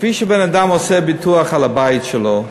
כפי שבן-אדם עושה ביטוח על הבית שלו,